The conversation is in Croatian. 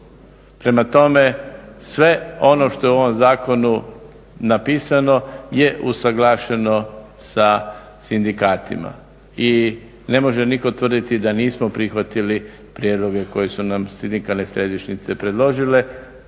Prema tome, sve ono što je u ovom zakonu napisano je usuglašeno sa sindikatima i ne može nitko tvrditi da nismo prihvatili prijedloge koje su nam sindikalne središnjice predložile.